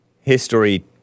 history